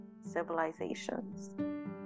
civilizations